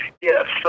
Yes